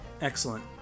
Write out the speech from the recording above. excellent